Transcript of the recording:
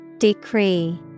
Decree